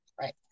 Right